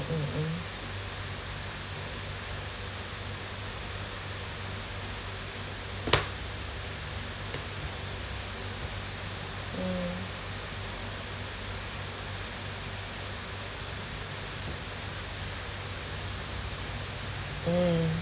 mmhmm mm mm